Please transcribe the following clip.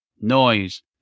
noise